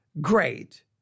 great